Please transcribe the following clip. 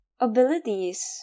abilities